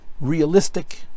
realistic